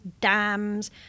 dams